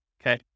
okay